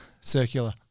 Circular